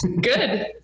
good